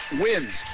wins